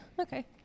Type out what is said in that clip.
Okay